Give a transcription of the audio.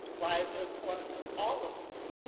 why is it important to all of us?